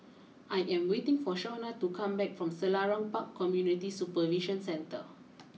I am waiting for Shaunna to come back from Selarang Park Community Supervision Centre